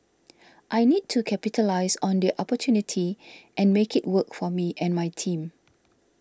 I need to capitalise on the opportunity and make it work for me and my team